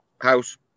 house